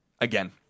Again